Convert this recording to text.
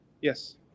Yes